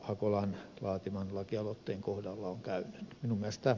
hakolan laatiman lakialoitteen kohdalla on käynyt